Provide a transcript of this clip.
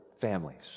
families